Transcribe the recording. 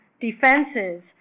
defenses